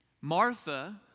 Martha